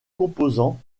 composants